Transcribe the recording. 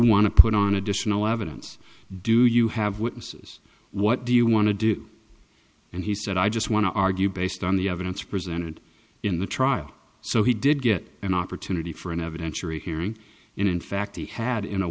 want to put on additional evidence do you have witnesses what do you want to do and he said i just want to argue based on the evidence presented in the trial so he did get an opportunity for an evidentiary hearing and in fact he had in a